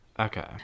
okay